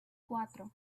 cuatro